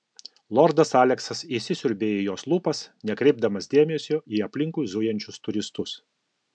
lordas aleksas įsisiurbė į jos lūpas nekreipdamas dėmesio į aplinkui zujančius turistus